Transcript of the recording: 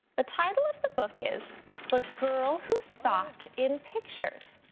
the title of the book is the girl who thought in pictures,